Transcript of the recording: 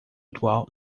atual